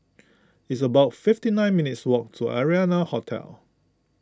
it's about fifty nine minutes' walk to Arianna Hotel